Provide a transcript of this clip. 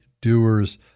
doers